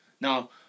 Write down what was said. now